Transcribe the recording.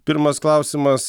pirmas klausimas